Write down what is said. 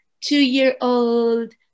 two-year-old